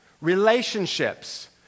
relationships